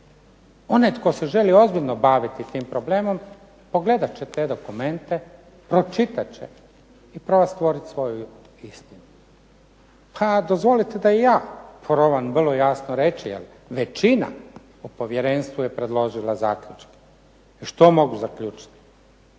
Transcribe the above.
Onaj tko se želi ozbiljno baviti tim problemom pogledat će te dokumente, pročitat će i probat stvorit svoju istinu. Pa dozvolite da i ja probam vrlo jasno reći jer većina u povjerenstvu je predložila zaključke. Što mogu zaključiti,